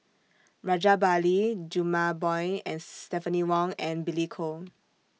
Rajabali Jumabhoy Stephanie Wong and Billy Koh